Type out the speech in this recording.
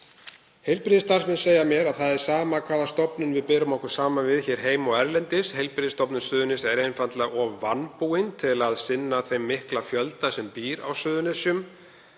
Heilbrigðisstarfsmenn segja mér að það sé sama hvaða stofnun við berum okkur saman við hér heima og erlendis, Heilbrigðisstofnun Suðurnesja sé einfaldlega of vanbúin til að sinna þeim mikla fjölda sem býr á Suðurnesjum,